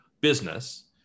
business